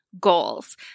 goals